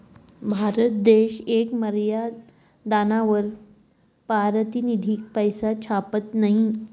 भारत देश येक मर्यादानावर पारतिनिधिक पैसा छापत नयी